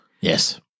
Yes